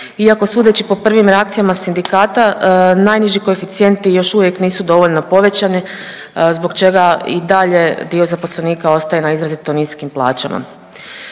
iako sudeći po prvim reakcijama sindikata najniži koeficijenti još uvijek nisu dovoljno povećani zbog čega i dalje dio zaposlenika ostaje na izrazito niskim plaćama.